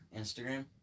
Instagram